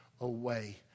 away